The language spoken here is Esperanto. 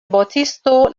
botisto